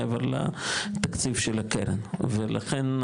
מעבר לתקציב של הקרן ולכן,